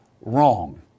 wrong